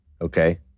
Okay